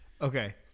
Okay